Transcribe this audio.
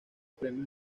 premios